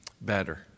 better